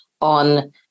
on